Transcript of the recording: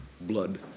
blood